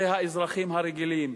זה האזרחים הרגילים,